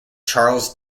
charles